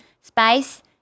spice